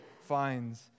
finds